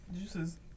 juices